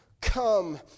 come